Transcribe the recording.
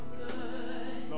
good